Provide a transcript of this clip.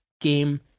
game